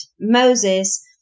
Moses